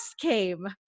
came